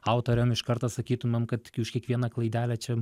autoriam iš karto sakytumėm kad už kiekvieną klaidelę čia